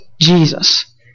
Jesus